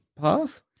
path